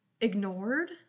ignored